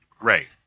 Ray